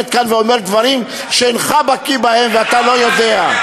אתה עומד כאן ואומר דברים שאינך בקי בהם ואתה לא יודע.